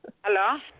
Hello